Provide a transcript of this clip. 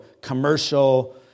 commercial